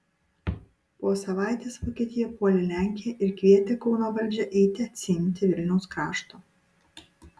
po savaitės vokietija puolė lenkiją ir kvietė kauno valdžią eiti atsiimti vilniaus krašto